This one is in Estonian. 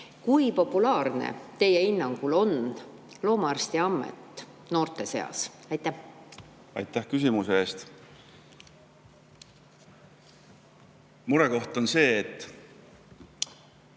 kui populaarne teie hinnangul on loomaarstiamet noorte seas? Aitäh küsimuse eest! Murekoht on see, et